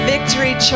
Victory